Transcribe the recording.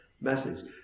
message